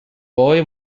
boy